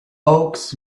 oaks